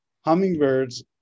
hummingbirds